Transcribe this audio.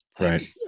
Right